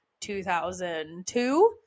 2002